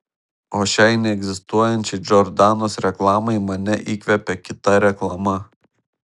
o šiai neegzistuojančiai džordanos reklamai mane įkvėpė kita reklama